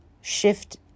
Shift